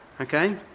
Okay